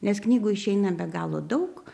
nes knygų išeina be galo daug